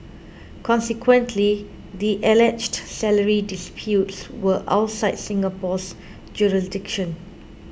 consequently the alleged salary disputes were outside Singapore's jurisdiction